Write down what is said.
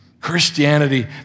Christianity